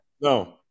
No